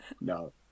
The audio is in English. No